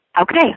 okay